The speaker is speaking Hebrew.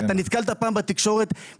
אתה נתקלת פעם בתקשורת,